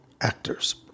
actors